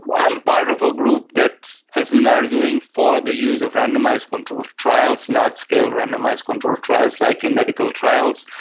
i am part of a group that has been arguing for the use of randomised controlled trials, large-scale randomised controlled trials like in medical trials.